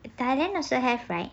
thailand also have right